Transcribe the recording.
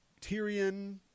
Tyrion